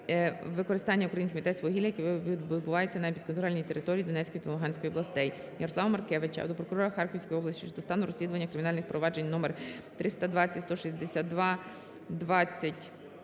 використання українськими ТЕС вугілля, яке видобувається на непідконтрольній території Донецької та Луганської областей. Ярослава Маркевича до прокурора Харківської області щодо стану розслідування кримінальних проваджень № 32016220000000209